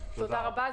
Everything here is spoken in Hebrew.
תודה רבה.